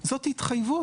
זאת התחייבות.